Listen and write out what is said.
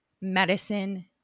medicine